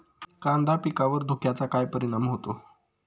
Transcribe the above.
कांदा पिकावर धुक्याचा काय परिणाम होतो?